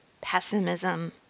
pessimism